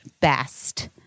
best